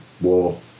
war